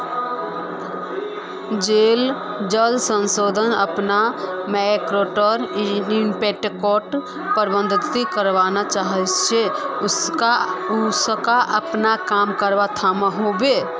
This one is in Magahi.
जेल संस्था अपना मर्केटर इम्पैक्टोक प्रबधित करवा चाह्चे उसाक अपना काम थम्वा होबे